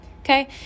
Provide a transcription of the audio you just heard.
okay